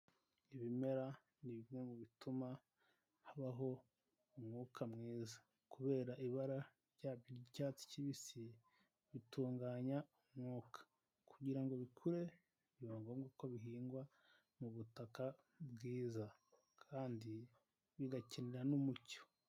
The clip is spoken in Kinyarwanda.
Ibimera ni bimwe mu bituma habaho umwuka mwiza kubera ibara ryabyo ry'icyatsi kibisi, bitunganya umwuka kugira ngo bikure biba ngombwa ko bihingwa mu butaka bwiza kandi bigakina n'umucyo.